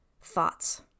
thoughts